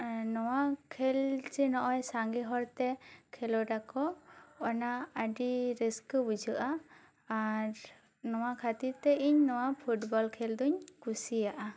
ᱱᱚᱣᱟ ᱠᱷᱮᱞ ᱪᱮ ᱱᱚᱜᱼᱚᱭ ᱥᱟᱜᱮᱸ ᱦᱚᱲᱛᱮ ᱠᱷᱮᱞᱳᱰ ᱟᱠᱚ ᱚᱱᱟ ᱟᱹᱰᱤ ᱨᱟᱹᱥᱠᱟ ᱵᱩᱡᱷᱟᱹᱜᱼᱟ ᱟᱨ ᱱᱚᱣᱟ ᱠᱷᱟᱹᱛᱤᱨ ᱛᱮ ᱤᱧ ᱱᱚᱣᱟ ᱯᱷᱩᱴᱵᱚᱞ ᱠᱷᱮᱞ ᱫᱩᱧ ᱠᱩᱥᱤᱭᱟᱜᱼᱟ